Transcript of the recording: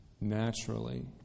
naturally